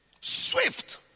Swift